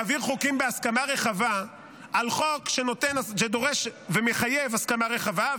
-- להעביר חוקים בהסכמה רחבה על חוק שדורש ומחייב הסכמה רחבה,